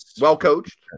Well-coached